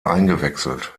eingewechselt